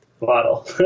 model